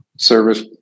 Service